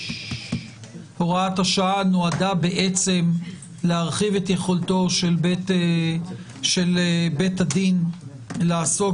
הוראת השעה נועדה בעצם להרחיב את יכולתו של בית הדין לעסוק